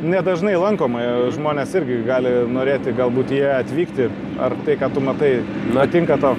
nedažnai lankoma žmonės irgi gali norėti galbūt į ją atvykti ar tai ką tu matai na tinka tau